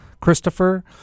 Christopher